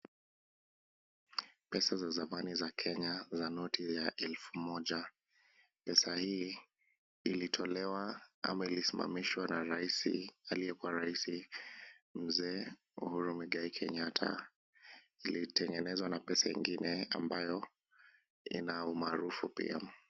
Pesa za zamani ya Kenya za noti ya elfu moja. Pesa hii ilitolewa ama ilisimamishwa na aliyekuwa rais Mzee Uhuru Muigai Kenyatta. Ilitengenezwa na pesa ingine ambayo ina umaarufu pia.